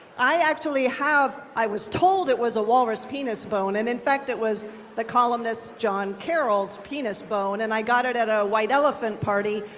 i actually have, have, i was told it was a walrus penis bone, and in fact it was the columnist jon carroll's penis bone, and i got it at a white elephant party.